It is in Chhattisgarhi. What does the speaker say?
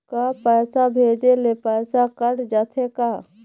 का पैसा भेजे ले पैसा कट जाथे का?